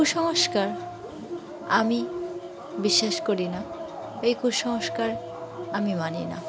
কুসংস্কার আমি বিশ্বাস করি না এই কুসংস্কার আমি মানি না